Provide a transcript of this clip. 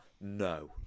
no